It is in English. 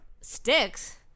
sticks